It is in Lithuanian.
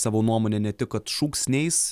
savo nuomonę ne tik kad šūksniais